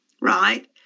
right